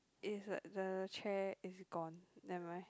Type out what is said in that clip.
is like the chair is gone nevermind